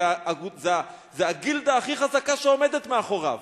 זאת הגילדה הכי חזקה שעומדת מאחוריו.